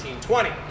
1920